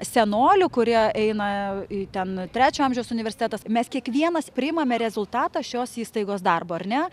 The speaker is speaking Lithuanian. senolių kurie eina į ten trečio amžiaus universitetas mes kiekvienas priimame rezultatą šios įstaigos darbo ar ne